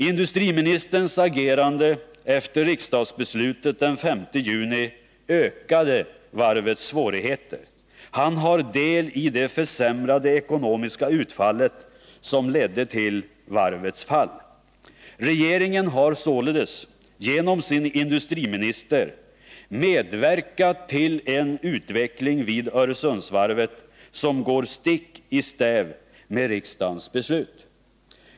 Industriministerns agerande efter riksdagsbeslutet den 5 juni ökade varvets svårigheter. Han har del i det försämrade ekonomiska utfallet som ledde till varvets fall. Regeringen har således genom sin industriminister medverkat till en utveckling vid Öresundsvarvet som går stick i stäv mot riksdagens beslut.